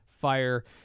fire